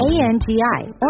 A-N-G-I